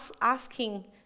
asking